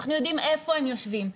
אנחנו יודעים איפה הם יושבים,